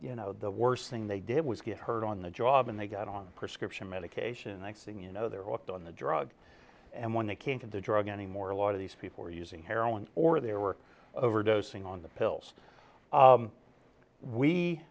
you know the worst thing they did was get hurt on the job and they got on prescription medication next thing you know they're walked on the drug and when they came to the drug anymore a lot of these people were using heroin or they were overdosing on the pills